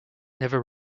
never